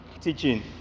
teaching